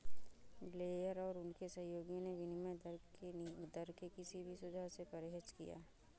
Blair और उनके सहयोगियों ने विनिमय दर के किसी भी सुझाव से परहेज किया